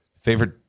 Favorite